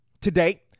today